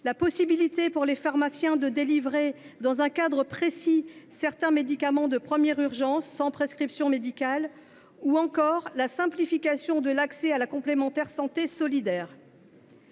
la possibilité pour les pharmaciens de délivrer, dans un cadre précis, certains médicaments de première urgence sans prescription médicale ou encore à la simplification de l’accès à la complémentaire santé solidaire.